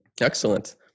excellent